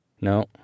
No